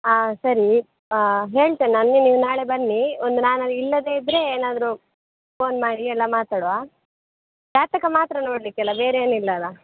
ಹಾಂ ಸರಿ ಹೇಳ್ತೇನೆ ನಾನು ನಿಮಗೆ ನಾಳೆ ಬನ್ನಿ ಒಂದು ನಾನು ಅಲ್ಲ ಇಲ್ಲದೆ ಇದ್ದರೆ ಏನಾದರೂ ಫೋನ್ ಮಾಡಿ ಎಲ್ಲ ಮಾತಾಡುವ ಜಾತಕ ಮಾತ್ರ ನೋಡಲಿಕ್ಕೆ ಅಲ್ಲ ಬೇರೇನಿಲ್ಲ ಅಲ್ಲ